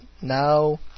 now